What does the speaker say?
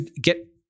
get